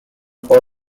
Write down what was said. for